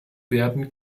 werden